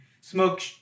Smoke